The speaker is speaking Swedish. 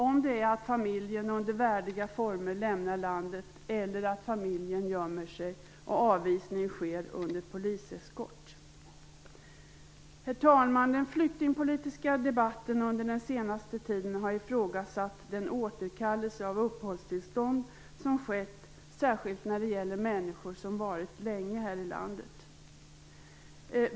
Är det att familjen under värdiga former lämnar landet, eller att familjen gömmer sig och avvisning sker under poliseskort. Herr talman! Den flyktingpolitiska debatten under den senaste tiden har ifrågasatt den återkallelse av uppehållstillstånd som skett särskilt när det gäller människor som varit länge här i landet.